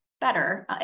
better